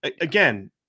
again